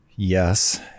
Yes